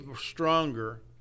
stronger